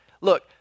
Look